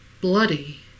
bloody